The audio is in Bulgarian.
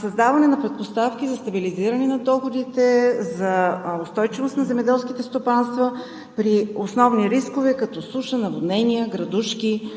създаване на предпоставки за стабилизиране на доходите, за устойчивост на земеделските стопанства при основни рискове, като суша, наводнения, градушки,